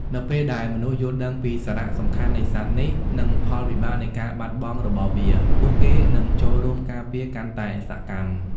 នៅពេលដែលមនុស្សយល់ដឹងពីសារៈសំខាន់នៃសត្វនេះ និងផលវិបាកនៃការបាត់បង់របស់វា ពួកគេនឹងចូលរួមការពារកាន់តែសកម្ម។